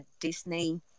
Disney